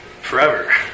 forever